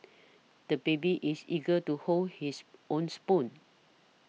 the baby is eager to hold his own spoon